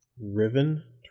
Riven